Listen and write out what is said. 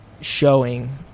showing